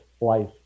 life